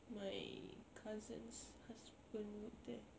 my cousin's husband work there